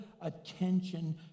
attention